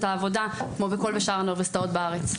העבודה כמו בכל שאר האוניברסיטאות בארץ.